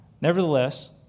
Nevertheless